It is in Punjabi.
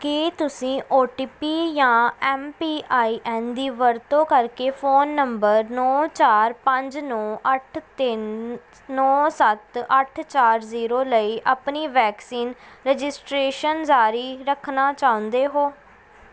ਕੀ ਤੁਸੀਂ ਓ ਟੀ ਪੀ ਜਾਂ ਐਮ ਪੀ ਆਈ ਐਨ ਦੀ ਵਰਤੋਂ ਕਰਕੇ ਫ਼ੋਨ ਨੰਬਰ ਨੌਂ ਚਾਰ ਪੰਜ ਨੌਂ ਅੱਠ ਤਿੰਨ ਨੌਂ ਸੱਤ ਅੱਠ ਚਾਰ ਜ਼ੀਰੋ ਲਈ ਆਪਣੀ ਵੈਕਸੀਨ ਰਜਿਸਟ੍ਰੇਸ਼ਨ ਜਾਰੀ ਰੱਖਣਾ ਚਾਹੁੰਦੇ ਹੋ